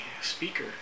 speaker